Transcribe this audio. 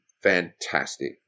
fantastic